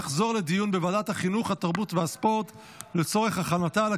לוועדת החינוך, התרבות והספורט נתקבלה.